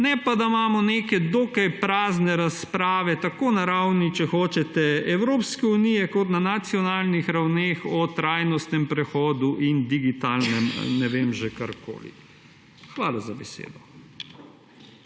Ne pa, da imamo neke dokaj prazne razprave, tako na ravni, če hočete, Evropske unije kot na nacionalnih ravneh o trajnostnem prehodu in digitalnem – ne vem, karkoli že. Hvala za besedo.